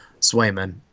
Swayman